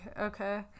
Okay